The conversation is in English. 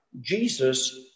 Jesus